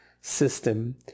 system